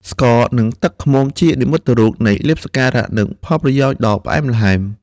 ស្ករ និងទឹកឃ្មុំ ជានិមិត្តរូបនៃលាភសក្ការៈ និងផលប្រយោជន៍ដ៏ផ្អែមល្ហែម។